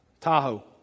Tahoe